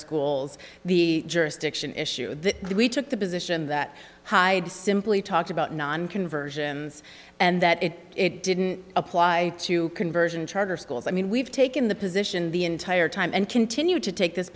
schools the jurisdiction issue we took the position that hyde simply talked about non conversions and that it it didn't apply to conversion charter schools i mean we've taken the position the entire time and continue to take this